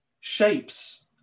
shapes